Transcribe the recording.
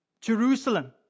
Jerusalem